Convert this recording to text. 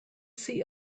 see